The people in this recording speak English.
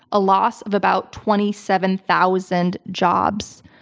a loss of about twenty seven thousand jobs.